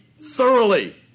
thoroughly